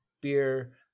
beer –